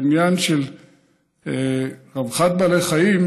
בעניין של רווחת בעלי חיים,